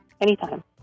Anytime